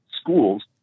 schools